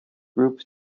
group